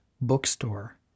Bookstore